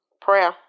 Prayer